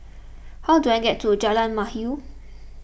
how do I get to Jalan Mahir